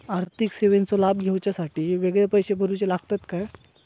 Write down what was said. आर्थिक सेवेंचो लाभ घेवच्यासाठी वेगळे पैसे भरुचे लागतत काय?